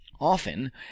often